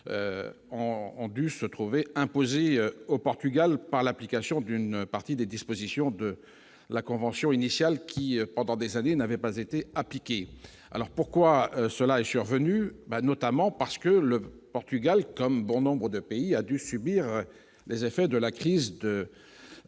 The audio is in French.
ont dû se trouver imposée au Portugal par l'application d'une partie des dispositions de la convention initiale qui pendant des années, n'avaient pas été appliquées alors pourquoi cela est survenu, notamment parce que le Portugal comme bon nombres de pays a dû subir les effets de la crise de de